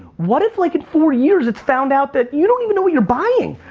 what if like in four years it's found out that you don't even know what you're buying.